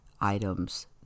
items